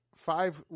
five